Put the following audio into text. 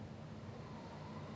!wah! okay this is kind of tough